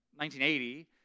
1980